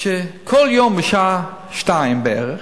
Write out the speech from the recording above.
שכל יום בשעה 14:00 בערך,